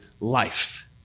life